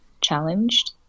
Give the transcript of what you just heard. challenged